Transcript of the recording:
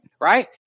Right